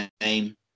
name